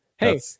Hey